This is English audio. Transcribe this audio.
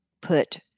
put